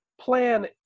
plan